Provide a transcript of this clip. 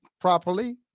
properly